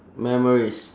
memories